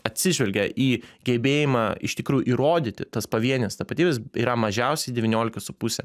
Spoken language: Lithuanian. atsižvelgia į gebėjimą iš tikrųjų įrodyti tas pavienes tapatybes yra mažiausiai devyniolika su puse